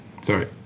sorry